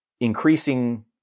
increasing